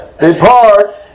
depart